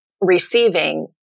receiving